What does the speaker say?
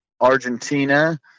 argentina